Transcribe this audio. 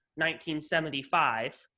1975